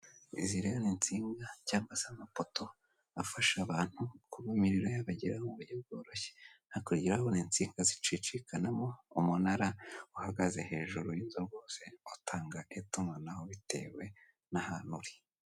Izi rero n'insinga cyangwa se amapoto afasha abantu kuba imiriro yabageraho muburyo bworoshye, hakurya urahabona insinga zicicikanamo, umunara uhagaze hejuru utanga itumanaho bitewe n'ahantu uri.